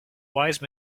wise